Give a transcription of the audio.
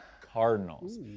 Cardinals